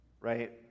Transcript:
right